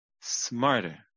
smarter